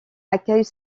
accueille